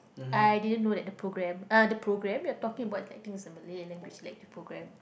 I didn't know that the program uh the program you are talking about that thing is a Malay language lecture program